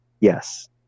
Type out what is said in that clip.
yes